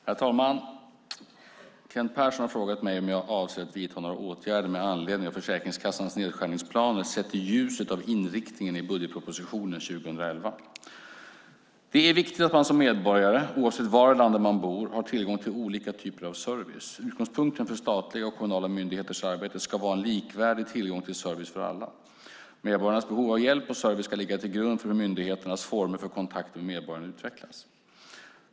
Herr talman! Kent Persson har frågat mig om jag avser att vidta några åtgärder med anledning av Försäkringskassans nedskärningsplaner sett i ljuset av inriktningen i budgetpropositionen för 2011. Det är viktigt att man som medborgare, oavsett var i landet man bor, har tillgång till olika typer av service. Utgångspunkten för statliga och kommunala myndigheters arbete ska vara en likvärdig tillgång till service för alla. Medborgarnas behov av hjälp och service ska ligga till grund för hur myndigheternas former för kontakter med medborgarna utvecklas.